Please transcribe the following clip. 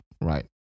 right